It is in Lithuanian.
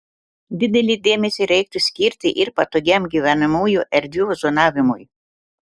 didelį dėmesį reiktų skirti ir patogiam gyvenamųjų erdvių zonavimui